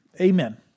Amen